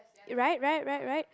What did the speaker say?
right right right right